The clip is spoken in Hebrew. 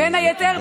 היא מדברת.